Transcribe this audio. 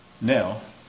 now